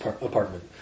apartment